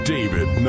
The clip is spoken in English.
David